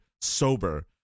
sober